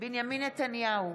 בנימין נתניהו,